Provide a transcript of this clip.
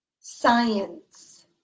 Science